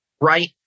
right